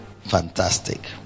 Fantastic